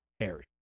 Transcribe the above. Harry